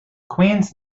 queens